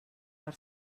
per